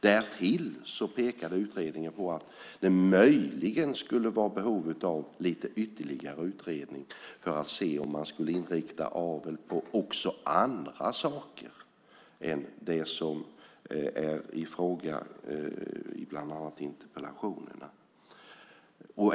Därtill pekade utredningen på att det möjligen skulle finnas behov av ytterligare utredning för att se om man också skulle inrikta avel på andra saker än det som bland annat nämns i interpellationerna.